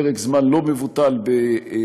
פרק זמן לא מבוטל בבתי-מלון,